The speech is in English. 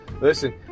listen